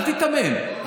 אל תיתמם.